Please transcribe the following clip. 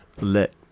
let